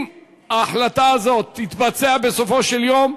אם ההחלטה הזאת תתבצע בסופו של דבר,